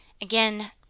again